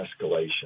escalation